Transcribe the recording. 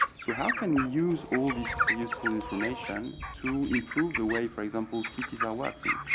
so how can we use all this useful information to improve the way, for example, cities are working,